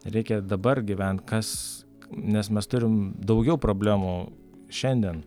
reikia dabar gyvent kas nes mes turim daugiau problemų šiandien